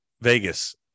Vegas